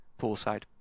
poolside